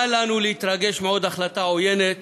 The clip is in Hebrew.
מה לנו להתרגש מעוד החלטה עוינת